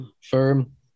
firm